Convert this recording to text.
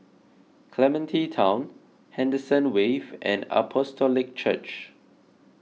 Clementi Town Henderson Wave and Apostolic Church